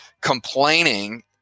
complaining